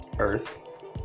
Earth